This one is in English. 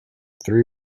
three